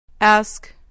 Ask